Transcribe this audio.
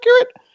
accurate